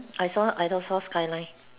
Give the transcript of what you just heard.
I saw I don't saw skyline